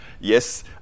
Yes